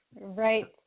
Right